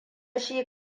shi